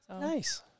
Nice